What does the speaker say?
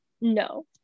No